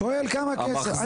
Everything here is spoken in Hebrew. שואל כמה כסף.